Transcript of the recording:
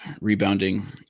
rebounding